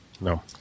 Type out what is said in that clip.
No